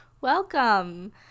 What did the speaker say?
welcome